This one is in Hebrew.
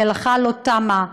המלאכה לא תמה,